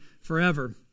forever